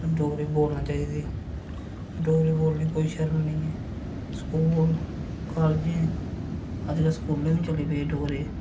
डोगरी बोलना चाहिदी डोगरी बोलने च कोई शर्म निं ऐ स्कूल कालजें अजकल स्कूलें बी चली पेदी डोगरी